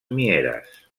mieres